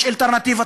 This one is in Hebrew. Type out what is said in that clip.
יש אלטרנטיבות,